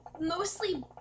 mostly